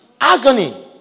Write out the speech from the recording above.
Agony